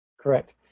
Correct